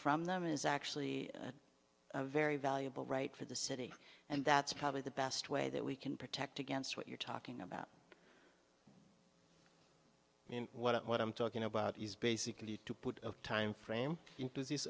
from them is actually a very valuable right for the city and that's probably the best way that we can protect against what you're talking about you know what i'm talking about is basically to put a time frame into this